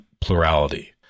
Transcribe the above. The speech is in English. plurality